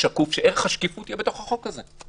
שקוף שערך השקיפות יהיה בתוך החוק הזה.